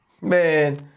Man